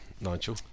Nigel